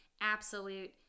absolute